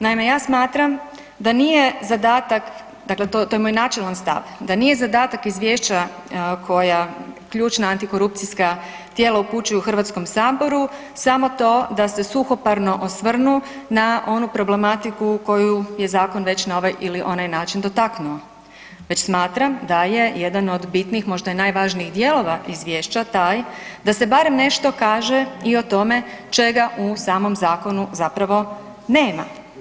Naime, ja smatram da nije zadatak dakle to je moj načelan stav, da nije zadatak izvješća koja ključna antikorupcijska tijela upućuju Hrvatskom saboru, samo to da se suhoparno osvrnu na onu problematiku koju je zakon već na ovaj ili onaj način dotaknuo, već smatram da je jedan od bitnijih možda i najvažnijih dijelova izvješća taj da se barem nešto kaže i o tome čega u samom zakonu zapravo nema.